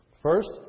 First